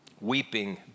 weeping